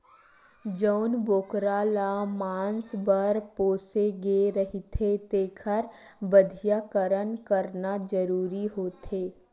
जउन बोकरा ल मांस बर पोसे गे रहिथे तेखर बधियाकरन करना जरूरी होथे